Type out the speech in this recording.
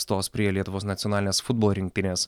stos prie lietuvos nacionalinės futbolo rinktinės